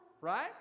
right